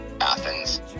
Athens